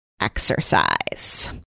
exercise